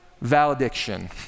valediction